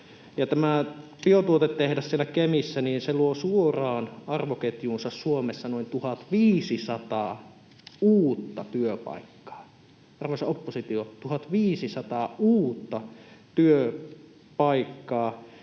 Tämä biotuotetehdas siellä Kemissä luo suoraan arvoketjuunsa Suomessa noin 1 500 uutta työpaikkaa — arvoisa oppositio, 1 500 uutta työpaikkaa,